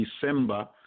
December